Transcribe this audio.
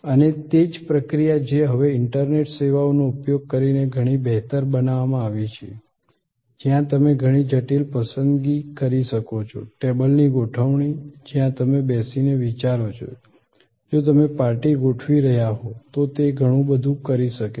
અને તે જ પ્રક્રિયા જે હવે ઇન્ટરનેટ સેવાઓનો ઉપયોગ કરીને ઘણી બહેતર બનાવવામાં આવી છે જ્યાં તમે ઘણી જટિલ પસંદગી કરી શકો છો ટેબલની ગોઠવણી જ્યાં તમે બેસીને વિચારો છો જો તમે પાર્ટી ગોઠવી રહ્યા હોવ તો તે ઘણું બધું કરી શકે છે